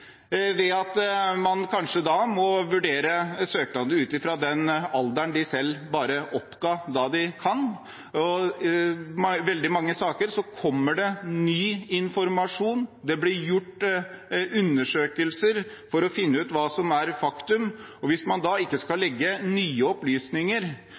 ved at man da kanskje må vurdere søknader ut fra alderen søkeren selv oppga da vedkommende kom. I veldig mange saker kommer det ny informasjon, og det blir gjort undersøkelser for å finne ut hva som er faktum. Hvis man ikke skal